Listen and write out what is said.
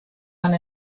one